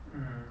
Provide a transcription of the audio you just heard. mm